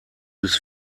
bis